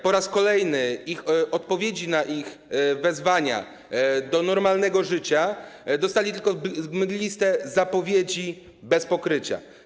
Po raz kolejny w odpowiedzi na ich wezwania do normalnego życia dostali tylko mgliste zapowiedzi bez pokrycia.